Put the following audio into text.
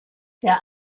der